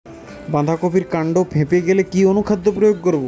বাঁধা কপির কান্ড ফেঁপে গেলে কি অনুখাদ্য প্রয়োগ করব?